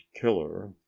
Killer